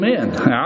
amen